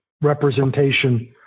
representation